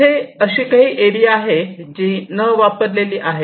इथे अशी काही एरिया आहेत जी न वापरलेली आहेत